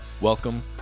Welcome